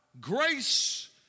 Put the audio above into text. Grace